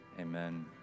Amen